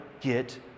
get